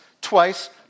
twice